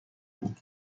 بود